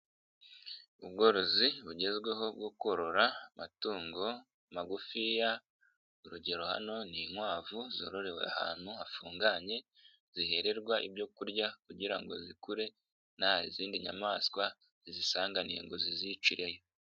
Ubworozi bugezweho bwokorora amatungo magufiya urugero hano ni inkwavu zororewe ahantu hafunganye zihererwa ibyo kurya kugira ngo zikure nta zindi nyamaswa zizisanganiye ngo zizicireyo.